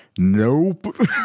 nope